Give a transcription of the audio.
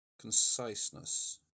conciseness